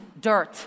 dirt